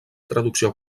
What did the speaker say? traducció